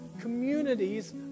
communities